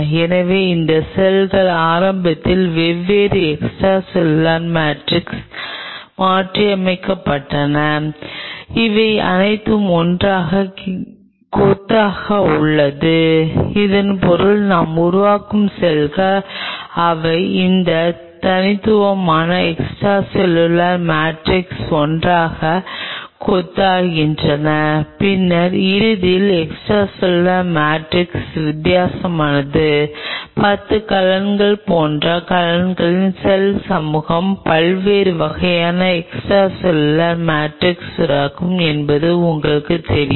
எனவே இந்த செல்கள் ஆரம்பத்தில் வெவ்வேறு எக்ஸ்ட்ரா செல்லுலார் மேட்ரிக்ஸ் மாற்றியமைக்கப்பட்டன அவை அனைத்தும் ஒன்றாகக் கொத்தாக உள்ளன இதன் பொருள் நாம் உருவாகும் செல்கள் அவை அந்த தனித்துவமான எக்ஸ்ட்ரா செல்லுலார் மேட்ரிக்ஸ் ஒன்றாகக் கொத்தாகின்றன பின்னர் இறுதியில் எக்ஸ்ட்ரா செல்லுலார் மேட்ரிக்ஸ் வித்தியாசமாக 10 கலங்கள் போன்ற கலங்களின் செல் சமூகம் பல்வேறு வகையான எக்ஸ்ட்ரா செல்லுலார் மேட்ரிக்ஸ் சுரக்கும் என்பது உங்களுக்குத் தெரியும்